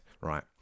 Right